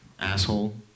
asshole